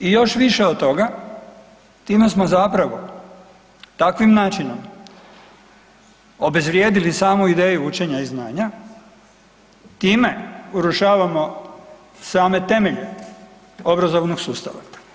I još više od toga, time smo zapravo takvim načinom obezvrijedili samu ideju učenja i znanja, time urušavamo same temelje obrazovnog sustava.